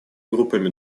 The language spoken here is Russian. группами